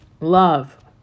Love